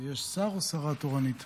יש שר או שרה תורנית?